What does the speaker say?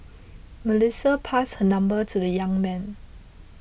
Melissa passed her number to the young man